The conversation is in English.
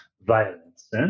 violence